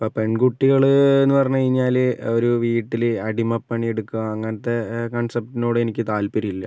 ഇപ്പോൾ പെൺകുട്ടികളെന്ന് പറഞ്ഞു കഴിഞ്ഞാൽ ഒരു വീട്ടിൽ അടിമ പണി എടുക്കുക അങ്ങനത്തെ കൺസെപ്റ്റിനോട് എനിക്ക് താത്പര്യമില്ല